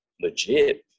legit